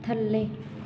ਥੱਲੇ